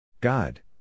God